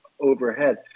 overhead